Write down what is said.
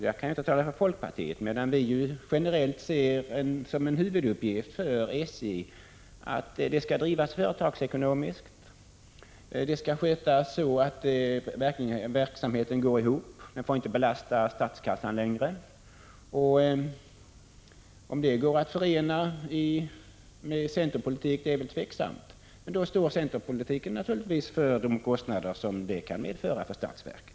Jag kan inte tala för folkpartiet, men vi moderater ser det generellt som en huvuduppgift för SJ att företaget skall bedrivas företagsekonomiskt, skötas så att verksamheten går ihop och inte belastar statskassan längre. Om det går att förena med centerns politik är väl tveksamt, men i annat fall får naturligtvis centerpolitiken innefatta åtgärder som täcker de kostnader som kan uppstå för statsverket.